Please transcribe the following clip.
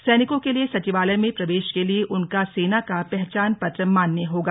सैनिकों के लिए सचिवालय में प्रवेश के लिए उनका सेना का पहचान पत्र मान्य होगा